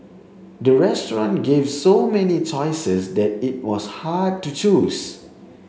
the restaurant gave so many choices that it was hard to choose